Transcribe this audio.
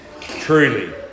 truly